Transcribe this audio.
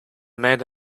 man